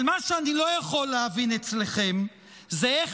אבל מה שאני לא יכול להבין אצלכם זה איך